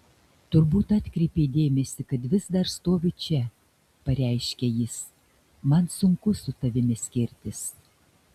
turbūt atkreipei dėmesį kad vis dar stoviu čia pareiškia jis man sunku su tavimi skirtis